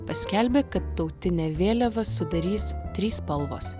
paskelbė kad tautinę vėliavą sudarys trys spalvos